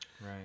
Right